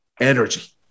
energy